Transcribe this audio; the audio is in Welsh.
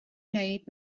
wneud